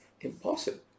impossible